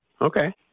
Okay